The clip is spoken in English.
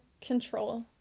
control